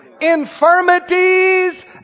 infirmities